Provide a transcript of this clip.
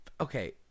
Okay